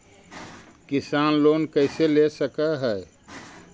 किसान लोन कैसे ले सक है?